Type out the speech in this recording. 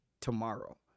tomorrow